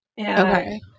Okay